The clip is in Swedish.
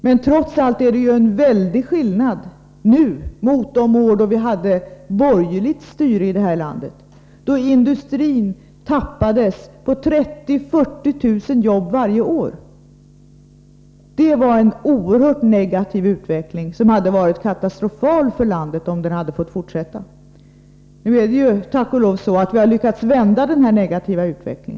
Men trots allt är det en väldig skillnad nu mot förhållandena under de år då vi hade borgerligt styre i landet. Då tappades industrin på 30 000-40 000 jobb varje år. Det var en oerhört negativ utveckling, som hade varit katastrofal för landet om den hade fått fortsätta. Nu har vi tack och lov lyckats vända denna negativa utveckling.